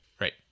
Right